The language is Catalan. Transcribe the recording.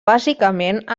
bàsicament